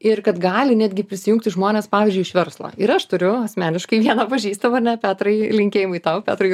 ir kad gali netgi prisijungti žmonės pavyzdžiui iš verslo ir aš turiu asmeniškai vieną pažįstamą ar ne petrai linkėjimai tau petrai